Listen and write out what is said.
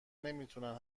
نمیتونن